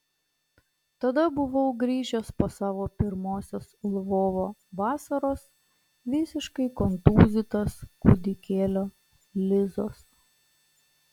tada buvau grįžęs po savo pirmosios lvovo vasaros visiškai kontūzytas kūdikėlio lizos